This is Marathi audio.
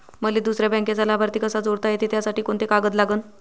मले दुसऱ्या बँकेचा लाभार्थी कसा जोडता येते, त्यासाठी कोंते कागद लागन?